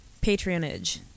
patronage